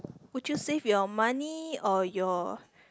would you save your money or your